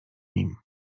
nim